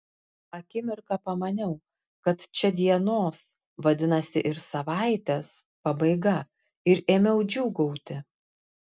akimirką pamaniau kad čia dienos vadinasi ir savaitės pabaiga ir ėmiau džiūgauti